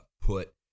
put